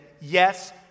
yes